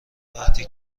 وقتی